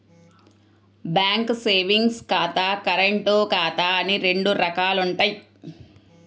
bank savings ఖాతా, current ఖాతా అని రెండు రకాలుంటయ్యి